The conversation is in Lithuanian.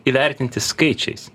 įvertinti skaičiais